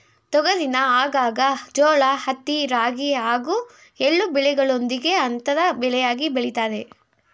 ತೊಗರಿನ ಆಗಾಗ ಜೋಳ ಹತ್ತಿ ರಾಗಿ ಹಾಗೂ ಎಳ್ಳು ಬೆಳೆಗಳೊಂದಿಗೆ ಅಂತರ ಬೆಳೆಯಾಗಿ ಬೆಳಿತಾರೆ